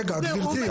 רגע, גברתי.